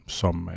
som